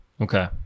okay